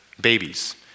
babies